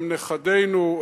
הם נכדינו,